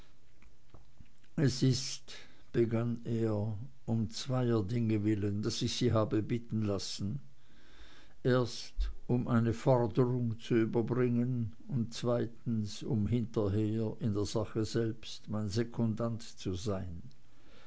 es ist begann er um zweier dinge willen daß ich sie habe bitten lassen erst um eine forderung zu überbringen und zweitens um hinterher in der sache selbst mein sekundant zu sein